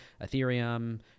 Ethereum